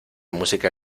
música